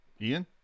Ian